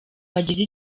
bagize